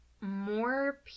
more